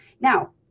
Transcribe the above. Now